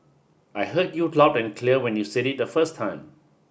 I heard you loud and clear when you said it the first time